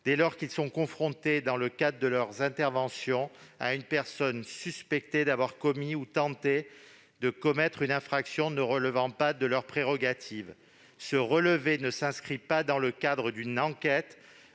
dès lors qu'ils sont confrontés dans le cadre de leurs interventions à une personne suspectée d'avoir commis ou tenté de commettre une infraction ne relevant pas de leurs prérogatives. Ce relevé d'identité ne s'inscrit pas dans le cadre d'une enquête,